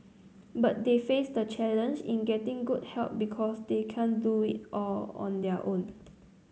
but they face the challenge in getting good help because they can't do it all on their own